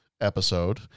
episode